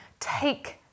Take